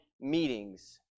meetings